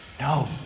No